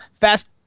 Fast